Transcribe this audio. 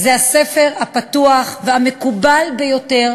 זה הספר הפתוח והמקובל ביותר